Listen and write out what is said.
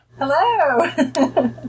Hello